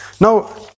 Now